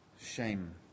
shame